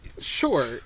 sure